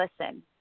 listen